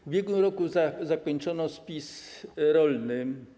W ubiegłym roku zakończono spis rolny.